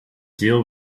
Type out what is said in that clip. deal